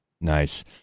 Nice